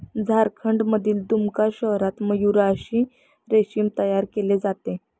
झारखंडमधील दुमका शहरात मयूराक्षी रेशीम तयार केले जाते